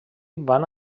van